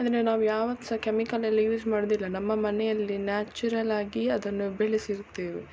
ಅದನ್ನು ನಾವು ಯಾವ ಸಹ ಕೆಮಿಕಲೆಲ್ಲ ಯೂಸ್ ಮಾಡುವುದಿಲ್ಲ ನಮ್ಮ ಮನೆಯಲ್ಲಿ ನ್ಯಾಚುರಲ್ಲಾಗಿ ಅದನ್ನು ಬೆಳೆಸಿರ್ತೇವೆ